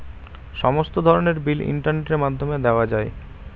সমস্ত ধরনের বিল ইন্টারনেটের মাধ্যমে দেওয়া যায়